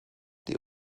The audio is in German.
die